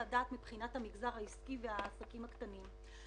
הדעת מבחינת המגזר העסקי והעסקים הקטנים.